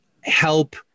help